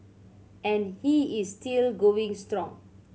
and he is still going strong